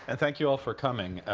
ah thank you all for coming.